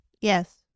Yes